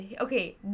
Okay